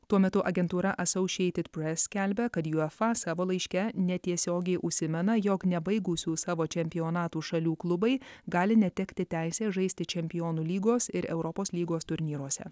tuo metu agentūra associated press skelbia kad uefa savo laiške netiesiogiai užsimena jog nebaigusių savo čempionatų šalių klubai gali netekti teisės žaisti čempionų lygos ir europos lygos turnyruose